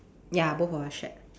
ya both of us shared